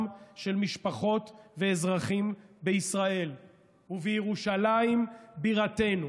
של משפחות ואזרחים בישראל ובירושלים בירתנו,